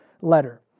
letter